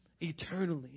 eternally